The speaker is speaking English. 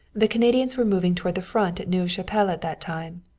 the canadians were moving toward the front at neuve chapelle at that time.